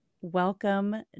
Welcome